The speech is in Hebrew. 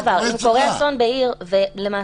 עוד דבר, אם קורה אסון בעיר ולמעשה